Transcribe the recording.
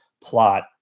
plot